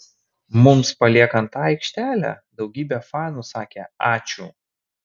mums paliekant aikštelę daugybė fanų sakė ačiū